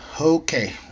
Okay